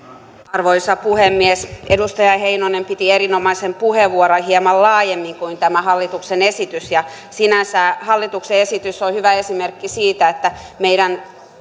arvoisa puhemies edustaja heinonen piti erinomaisen puheenvuoron hieman laajemmin kuin mitä tämä hallituksen esitys koskee ja sinänsä hallituksen esitys on hyvä esimerkki siitä että meidän